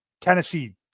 Tennessee